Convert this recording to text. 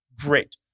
Great